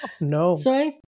No